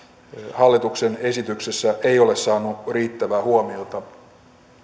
hallituksen esityksessä ei ole saanut riittävää huomiota